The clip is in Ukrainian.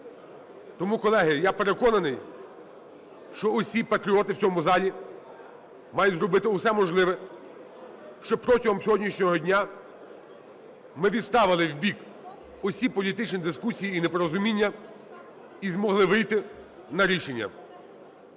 Тому, колеги, я переконаний, що всі патріоті в цьому залі мають зробити все можливе, щоб протягом сьогоднішнього дня ми відставили у бік усі політичні дискусії і непорозуміння і змогли вийти на рішення.